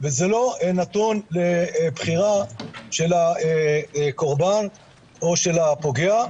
וזה לא נתון לבחירה של הקורבן או של הפוגע,